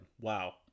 Wow